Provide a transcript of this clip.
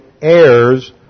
heirs